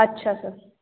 अच्छा सर